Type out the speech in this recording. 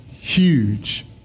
huge